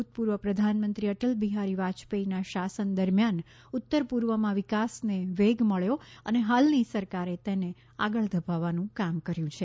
ભૂતપૂર્વ પ્રધાનમંત્રી અટલ બિહારી વાજપેયીના શાસન દરમિયાન ઉત્તર પૂર્વમાં વિકાસને વેગ મળ્યો અને હાલની સરકારે તેને આગળ ધપાવવાનું કામ કર્યું છે